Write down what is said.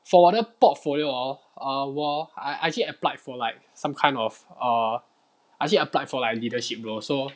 for 我的 portfolio hor err 我 I I actually applied for like some kind of err I actually applied for like leadership role so